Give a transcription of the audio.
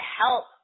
help